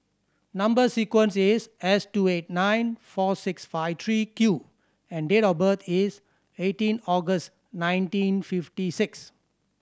number sequence is S two eight nine four six five three Q and date of birth is eighteen August nineteen fifty six